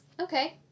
Okay